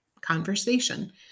conversation